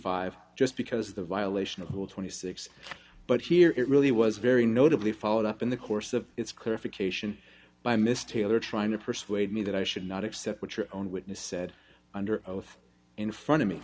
five just because the violation of the rule twenty six but here it really was very notably followed up in the course of its clarification by mistake they are trying to persuade me that i should not accept what your own witness said under oath in front of me